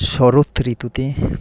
শরৎ ঋতুতে